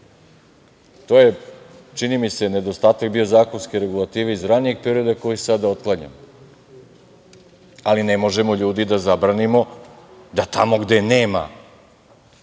To je, čini mi se, nedostatak bio-zakonske regulative iz ranijih perioda koje sada otklanjamo. Ali, ljudi, ne možemo da zabranimo da tamo gde nema